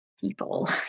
people